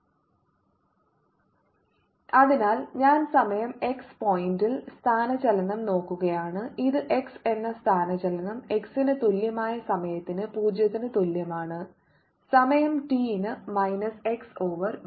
fxtfx0 t xv അതിനാൽ ഞാൻ സമയം x പോയിന്റിൽ സ്ഥാനചലനം നോക്കുകയാണ് ഇത് x എന്ന സ്ഥാനചലനം x ന് തുല്യമായ സമയത്തിന് 0 ന് തുല്യമാണ് സമയം t ന് മൈനസ് x ഓവർ v